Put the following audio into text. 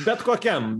bet kokiam